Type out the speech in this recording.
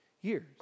years